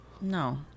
No